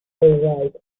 alright